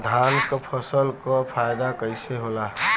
धान क फसल क फायदा कईसे होला?